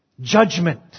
judgment